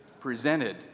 presented